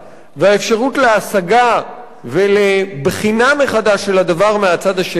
והאפשרות להשגה ולבחינה מחדש של הדבר מהצד השני,